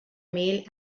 male